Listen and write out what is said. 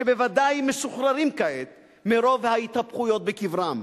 שבוודאי מסוחררים כעת מרוב ההתהפכויות בקברם.